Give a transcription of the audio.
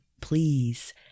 please